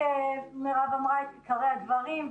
מירב אמרה את עיקרי הדברים.